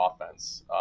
offense